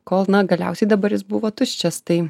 kol na galiausiai dabar jis buvo tuščias tai